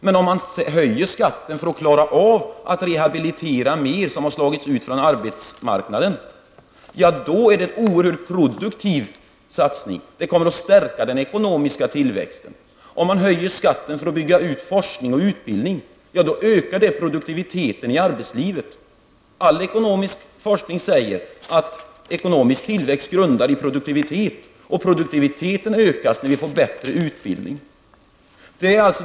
Men om man höjer skatten för att kunna klara av att rehabilitera dem som har slagits ut från arbetsmarknaden, är det en oerhört produktiv satsning. Det stärker den ekonomiska tillväxten. Om man höjer skatten för att bygga ut forskning och utbildning, ökar det produktiviteten i arbetslivet. All ekonomisk forskning säger att ökad produktivitet grundar ekonomisk tillväxt, och produktiviteten ökas när vi får bättre utbildning.